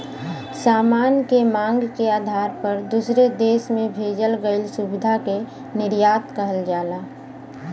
सामान के मांग के आधार पर दूसरे देश में भेजल गइल सुविधा के निर्यात कहल जाला